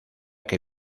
que